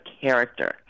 character